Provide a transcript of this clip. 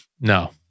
No